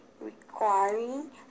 requiring